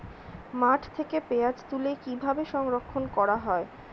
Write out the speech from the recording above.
মাঠ থেকে পেঁয়াজ তুলে কিভাবে সংরক্ষণ করা হয়?